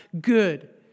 good